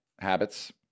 habits